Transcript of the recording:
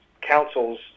councils